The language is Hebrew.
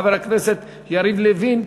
חבר הכנסת יריב לוין.